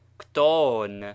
kton